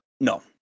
No